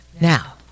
now